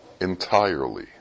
entirely